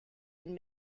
been